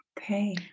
Okay